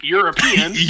European